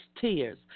tears